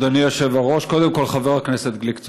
אדוני היושב-ראש, קודם כול, חבר הכנסת גליק צודק.